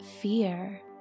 fear